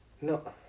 No